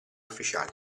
ufficiali